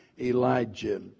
Elijah